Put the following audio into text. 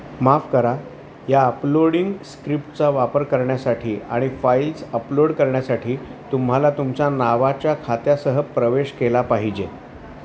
माफ करा या अपलोडिंग स्क्रिप्टचा वापर करण्यासाठी आणि फाईल्स अपलोड करण्यासाठी तुम्हाला तुमच्या नावाच्या खात्यासह प्रवेश केला पाहिजे